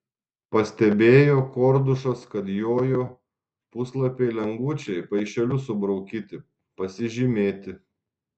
pastebėjo kordušas kad jojo puslapiai lengvučiai paišeliu subraukyti pasižymėti